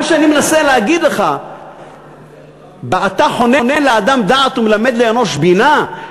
מה שאני מנסה להגיד לך ב"אתה חונן לאדם דעת ומלמד לאנוש בינה",